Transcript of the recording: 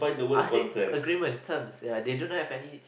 ask it agreement terms ya they do not have any